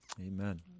Amen